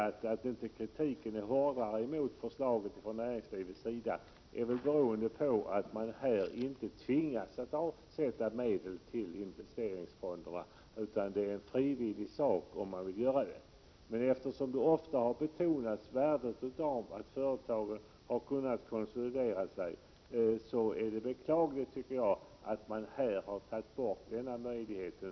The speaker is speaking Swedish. Att kritiken mot förslaget från näringslivet inte är hårdare beror väl på att man inte tvingas att avsätta medel till investeringsfonderna, utan det är frivilligt att göra det. Men eftersom värdet av att företagen på det här sättet har kunnat konsolidera sig ofta har betonats är det beklagligt, tycker jag, att man tar bort den möjligheten.